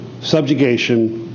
subjugation